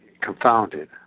confounded